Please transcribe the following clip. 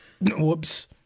Whoops